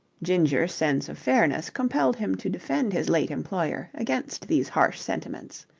ginger's sense of fairness compelled him to defend his late employer against these harsh sentiments.